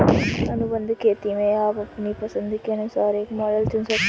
अनुबंध खेती में आप अपनी पसंद के अनुसार एक मॉडल चुन सकते हैं